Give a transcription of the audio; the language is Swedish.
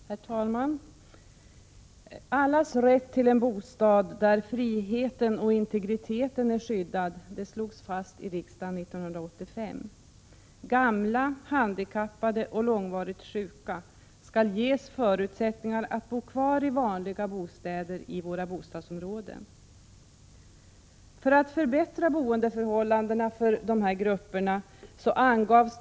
Herr talman! Allas rätt till en bostad där friheten och integriteten är skyddade slogs fast i riksdagen 1985. Gamla, handikappade och långvarigt sjuka skall ges förutsättningar att bo kvar i vanliga bostäder i våra bostadsområden.